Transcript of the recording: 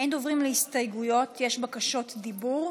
אין הסתייגויות, יש בקשות דיבור.